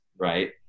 Right